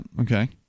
okay